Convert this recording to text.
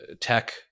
tech